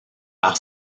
par